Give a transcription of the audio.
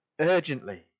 urgently